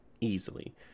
easily